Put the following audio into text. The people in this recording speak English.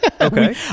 Okay